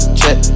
check